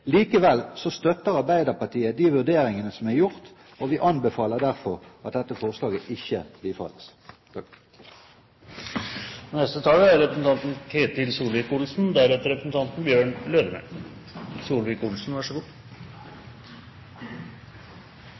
Likevel støtter Arbeiderpartiet de vurderingene som er gjort, og vi anbefaler derfor at dette forslaget ikke bifalles. Dagens debatt er en manifestasjon av et svik fra tre partier i Stortinget. Det er